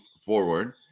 forward